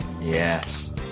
Yes